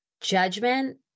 judgment